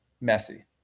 messy